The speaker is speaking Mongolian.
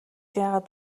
яагаад